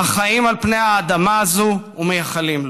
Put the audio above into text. החיים על פני האדמה הזאת ומייחלים לו.